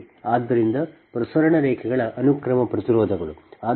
ಆದ್ದರಿಂದ ಪ್ರಸರಣ ರೇಖೆಗಳ ಅನುಕ್ರಮ ಪ್ರತಿರೋಧಗಳು